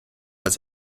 als